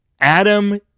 Adam